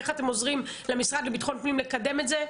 איך אתם עוזרים למשרד לביטחון הפנים לקדם את זה?